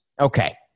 Okay